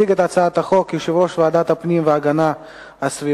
יציג את הצעת החוק יושב-ראש ועדת הפנים והגנת הסביבה,